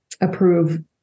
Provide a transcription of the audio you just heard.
approve